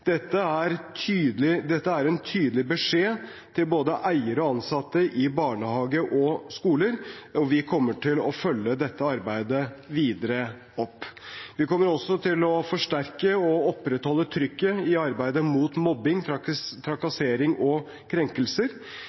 Dette er en tydelig beskjed til både eiere og ansatte i barnehager og skoler, og vi kommer til å følge opp dette arbeidet videre. Vi kommer også til å forsterke og opprettholde trykket i arbeidet mot mobbing, trakassering og krenkelser.